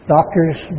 Doctors